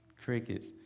Crickets